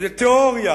איזה תיאוריה,